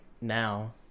now